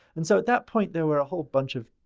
and so, at that point there were a whole bunch of